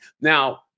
Now